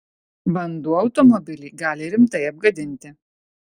vanduo automobilį gali rimtai apgadinti